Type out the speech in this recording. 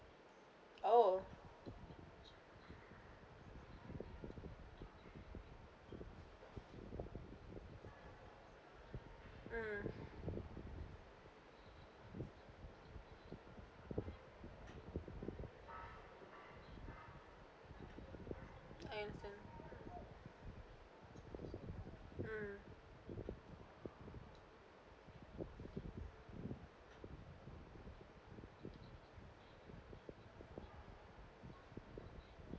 oh mm I have the mm